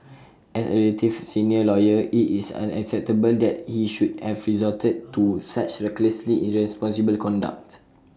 as A relatively senior lawyer IT is unacceptable that he should have resorted to such recklessly irresponsible conduct